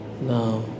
now